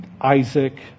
Isaac